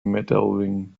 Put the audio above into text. medaling